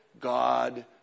God